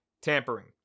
tampering